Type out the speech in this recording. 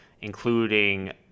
including